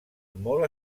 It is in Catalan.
molt